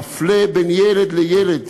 מפלה בין ילד לילד.